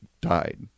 died